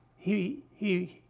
he, he.